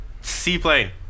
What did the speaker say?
Seaplane